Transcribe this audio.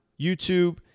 YouTube